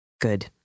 Good